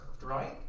right